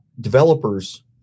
developers